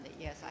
Yes